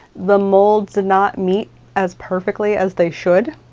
the molds did not meet as perfectly as they should.